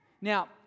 Now